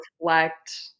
reflect